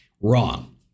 Wrong